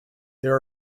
there